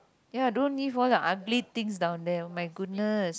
ya don't leave all the unclean things down there my goodness